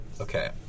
Okay